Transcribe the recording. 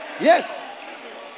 Yes